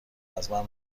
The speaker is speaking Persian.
ازمن